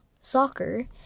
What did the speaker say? soccer